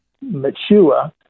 mature